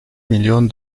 milyon